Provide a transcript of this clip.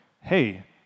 hey